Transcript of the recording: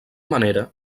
manera